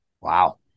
wow